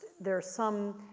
there are some,